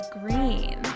green